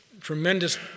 tremendous